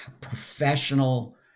professional